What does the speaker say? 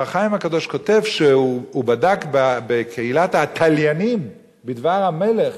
"אור החיים" הקדוש כותב שידוע בקהילת התליינים בדבר המלך,